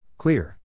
Clear